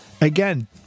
Again